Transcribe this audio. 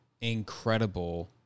incredible